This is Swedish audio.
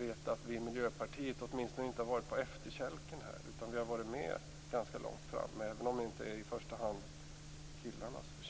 veta att vi i Miljöpartiet åtminstone inte har varit på efterkälken här. Vi har varit med ganska långt framme, även om det inte i första hand är killarnas förtjänst.